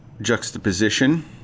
juxtaposition